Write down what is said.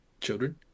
children